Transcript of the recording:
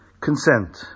consent